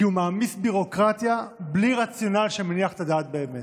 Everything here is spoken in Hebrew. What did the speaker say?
כי הוא מעמיס ביורוקרטיה בלי רציונל שמניח את הדעת באמת.